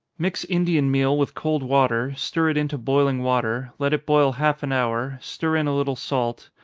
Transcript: mix indian meal with cold water, stir it into boiling water, let it boil half an hour stir in a little salt,